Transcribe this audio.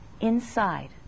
inside